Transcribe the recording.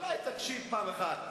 אולי תקשיב פעם אחת,